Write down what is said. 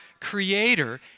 creator